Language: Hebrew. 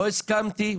לא הסכמתי,